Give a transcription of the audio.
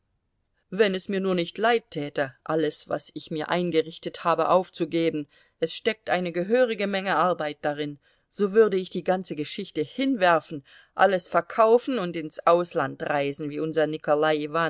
wenn es mir nur nicht leid täte alles was ich mir eingerichtet habe aufzugeben es steckt eine gehörige menge arbeit darin so würde ich die ganze geschichte hinwerfen alles verkaufen und ins ausland reisen wie unser nikolai